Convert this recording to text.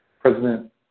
President